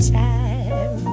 time